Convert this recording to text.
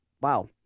Wow